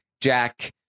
Jack